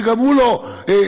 שגם הוא לא מושלם,